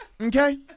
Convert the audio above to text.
Okay